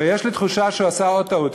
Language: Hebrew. ויש לי תחושה שהוא עשה עוד טעות,